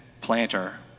planter